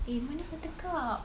eh mana buttercup